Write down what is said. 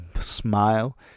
smile